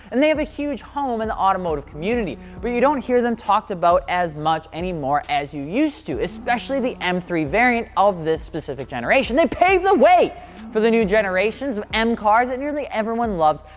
and they have a huge home in the automotive community. but you don't hear them talked about as much anymore as you used to, especially the m three variant of this specific generation. they paved the way for the new generations of m cars, and nearly everyone loves,